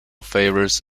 favors